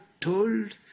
told